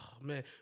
man